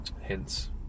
Hence